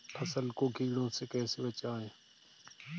फसल को कीड़ों से कैसे बचाएँ?